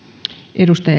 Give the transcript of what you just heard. arvoisa